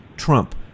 Trump